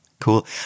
Cool